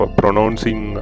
pronouncing